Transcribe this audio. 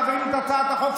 מעבירים את הצעת החוק,